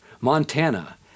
Montana